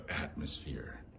atmosphere